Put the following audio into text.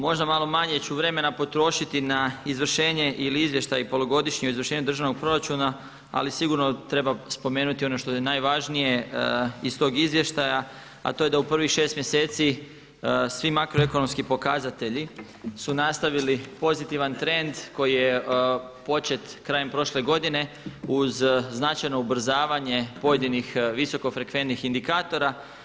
Možda malo manje vremena potrošiti na izvršenje ili izvještaj polugodišnje izvršenje državnog proračuna, ali sigurno treba spomenuti ono što je najvažnije iz tog izvještaja, a to je da u prvih šest mjeseci svi makroekonomski pokazatelji su nastavili pozitivan trend koji je počet krajem prošle godine uz značajno ubrzavanje pojedinih visokofrekventnih indikatora.